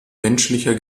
menschlicher